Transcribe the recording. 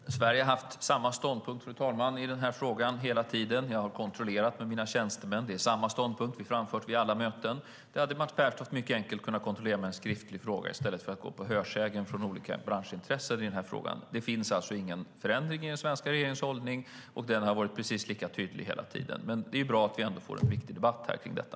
Fru talman! Sverige har haft samma ståndpunkt i den här frågan hela tiden. Jag har kontrollerat det med mina tjänstemän. Det är samma ståndpunkt som vi har framfört vid alla möten. Det hade Mats Pertoft enkelt kunnat kontrollera med en skriftlig fråga i stället för att gå på hörsägen från olika branschintressen i den här frågan. Det finns alltså ingen förändring i den svenska regeringens hållning. Den har varit precis lika tydlig hela tiden. Men det är bra att vi ändå får en viktig debatt här om detta.